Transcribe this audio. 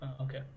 okay